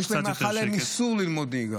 חל עליהם איסור ללמוד נהיגה.